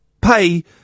pay